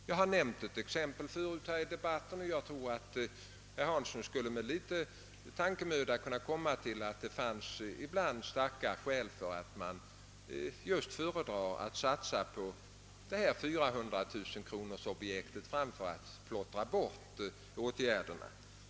Jag har tidi gare i debatten nämnt ett exempel, och jag tror att herr Hansson efter litet tankemöda skall finna att starka skäl kan tala för att det i vissa fall är bättre att satsa på 400 000-kronorsobjektet framför att plottra bort pengarna.